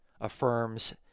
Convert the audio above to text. affirms